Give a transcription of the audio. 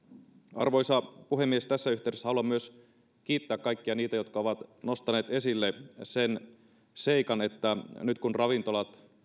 arvoisa puhemies tässä yhteydessä haluan myös kiittää kaikkia niitä jotka ovat nostaneet esille sen seikan että nyt kun ravintolat